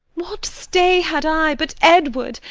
what stay had i but edward?